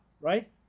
right